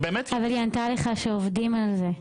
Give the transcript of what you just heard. אבל היא ענתה לך שעובדים על זה.